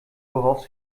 worauf